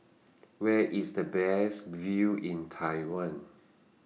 Where IS The Best View in Taiwan